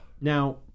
Now